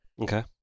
Okay